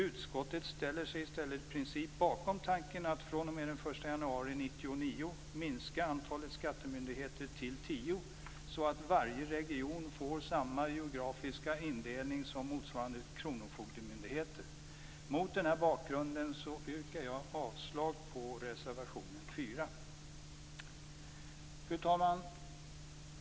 Utskottet ställer sig i stället i princip bakom tanken att fr.o.m. den 1 januari 1999 minska antalet skattemyndigheter till tio, så att varje region får samma geografiska indelning som motsvarande kronofogdemyndighet. Mot den här bakgrunden yrkar jag avslag på reservation 4. Fru talman!